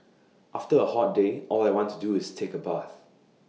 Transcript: after A hot day all I want to do is take A bath